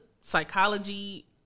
psychology